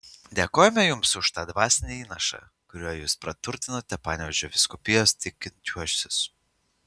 dėkojame jums už tą dvasinį įnašą kuriuo jūs praturtinote panevėžio vyskupijos tikinčiuosius